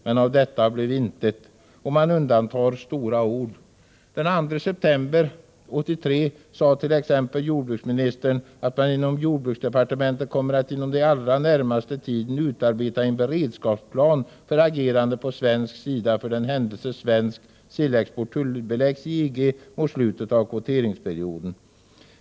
Men av detta blev intet, om man undantar stora ord. Den 2 september 1983 sade t.ex. jordbruksministern att man inom jordbruksdepartementet inom den allra närmaste tiden skulle utarbeta en beredskapsplan för ett agerande från svensk sida för den händelse svensk sillexport tullbeläggs i EG mot slutet av kvoteringsperioden.